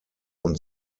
und